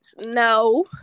no